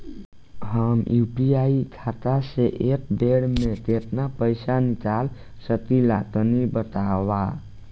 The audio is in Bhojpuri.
हम यू.पी.आई खाता से एक बेर म केतना पइसा निकाल सकिला तनि बतावा?